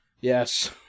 Yes